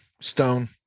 Stone